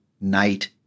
night